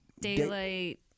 Daylight